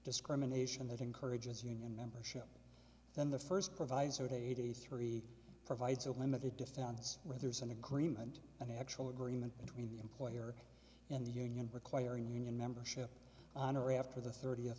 discrimination that encourages union membership then the first proviso to eighty three provides a limited distance where there is an agreement an actual agreement between the employer and the union requiring union membership on or after the thirtieth